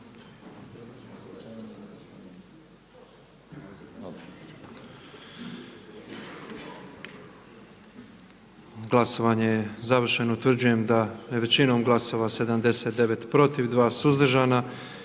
Glasovanje je završeno. Utvrđujem da je većinom glasova 121 za, 5 suzdržani